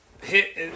hit